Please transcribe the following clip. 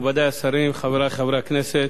מכובדי השרים, חברי חברי הכנסת,